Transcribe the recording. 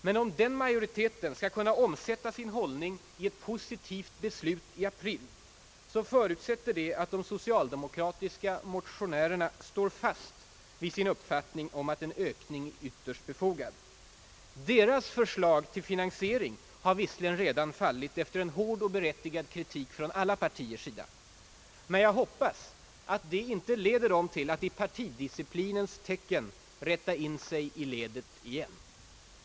Men om den majoriteten skall kunna omsätta sin hållning i ett positivt beslut i april, förutsätter det att de socialdemokratiska motionärerna står fast vid sin uppfattning om att en ökning är ytterst befogad. Deras förslag till finansiering har visserligen redan fallit efter en hård och berättigad kritik från alla partier. Men jag hoppas att det inte leder dem till att i partidisciplinens tecken rätta in sig i ledet igen.